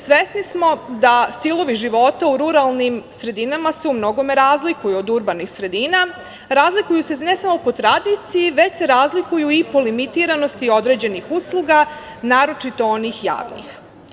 Svesni smo da stilovi života u ruralnim sredinama se u mnogome razlikuju od urbanih sredina, razlikuju se ne samo po tradiciji, već se razlikuju i po limitiranosti određenih usluga, naročito onih javnih.